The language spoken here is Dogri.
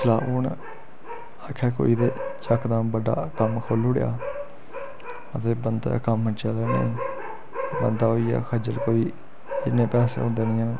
हून आक्खै कोई ते जकदम बड्डा कम्म खोलुड़ेआ अदे बंदा दा कम्म चलै नी बंदा होई गेआ खज्जल कोई इन्ने पैसे होंदे नी हैन